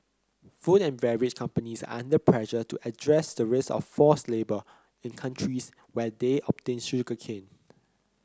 food and beverage companies are under pressure to address the risk of forced labour in countries where they obtain sugarcane